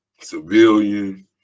civilian